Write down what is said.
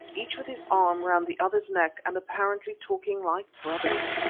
each with his arm round the other's neck and apparently talking like brothers.